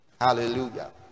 hallelujah